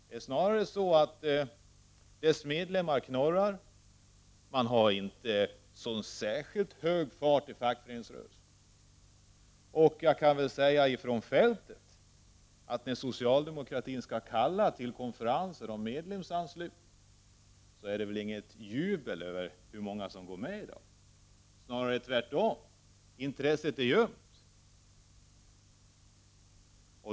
Det är snarare så att medlemmarna knorrar. Man har inte så särskilt mycket fart i fackföreningsrörelsens verksamhet. Och erfarenheten från fältet är att när socialdemokratin skall kalla till konferenser om medlemsanslutning, så är det inget jubel när det talas om hur många som går med i dag, snarare tvärtom. Intresset är ljumt.